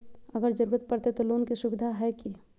अगर जरूरत परते तो लोन के सुविधा है की?